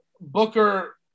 Booker